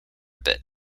bit